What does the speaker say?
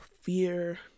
fear